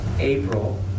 April